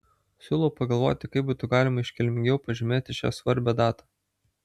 siūlau pagalvoti kaip būtų galima iškilmingiau pažymėti šią svarbią datą